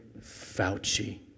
Fauci